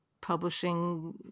publishing